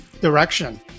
direction